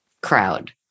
crowd